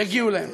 יגיעו אליהם.